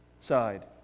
side